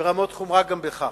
רמות חומרה גם בכך.